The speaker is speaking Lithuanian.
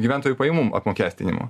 gyventojų pajamų apmokestinimu